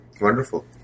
Wonderful